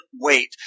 wait